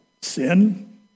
sin